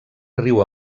riu